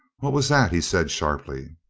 what was that? he said sharply.